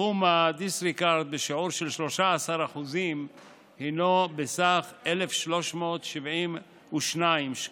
סכום הדיסרגרד בשיעור של 13% הינו בסך 1,372 שקלים,